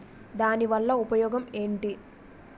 దాని వల్ల ఉపయోగం ఎంటి?